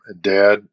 Dad